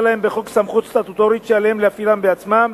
לה בחוק סמכות סטטוטורית שעליהם להפעילה בעצמם,